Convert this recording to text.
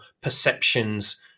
perceptions